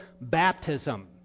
baptism